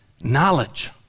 Knowledge